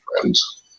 friends